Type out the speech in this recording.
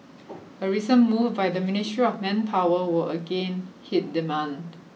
a recent move by the Ministry of Manpower will again hit demand